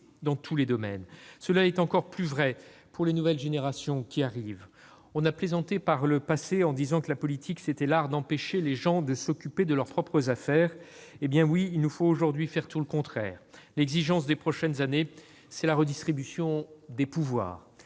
dans tous les domaines. Cela est encore plus vrai des nouvelles générations qui arrivent. Par plaisanterie, on a pu dire de la politique qu'elle était l'art d'empêcher les gens de s'occuper de leurs propres affaires. Il nous faut aujourd'hui faire tout le contraire. L'exigence pour les prochaines années, c'est la redistribution des pouvoirs.